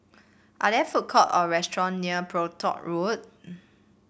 are there food court or restaurant near Brompton Road